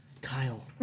Kyle